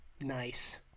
nice